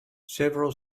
several